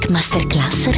Masterclass